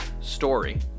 story